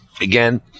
Again